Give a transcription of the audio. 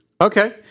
Okay